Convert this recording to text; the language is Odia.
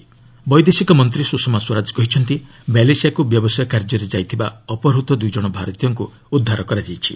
ସ୍ୱରାଜ୍ ୟୁନିୟନ୍ ବୈଦେଶିକ ମନ୍ତ୍ରୀ ସୁଷମା ସ୍ୱରାଜ କହିଛନ୍ତି ମ୍ୟାଲେସିଆକୁ ବ୍ୟବସାୟ କାର୍ଯ୍ୟରେ ଯାଇଥିବା ଅପହୃତ ଦୁଇଜଣ ଭାରତୀୟଙ୍କୁ ଉଦ୍ଧାର କରାଯାଇଛି